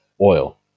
oil